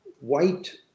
White